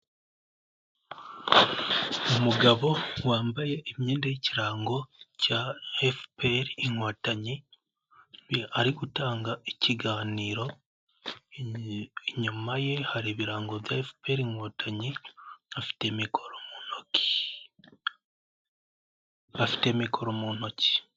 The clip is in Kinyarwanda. Umugabo wambaye imyenda y'ikirango cya FPR Inkotanyi, ari gutanga ikiganiro, inyuma ye hari ibirango bya FPR Inkotanyi, afite mikoro mu ntoki.